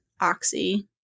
oxy